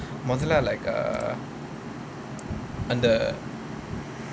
Mozilla like err அந்த:antha